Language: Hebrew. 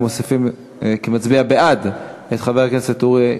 (תיקון מס' 4, הוראת שעה) (הכרה בלימודי תעודה),